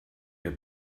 der